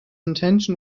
intention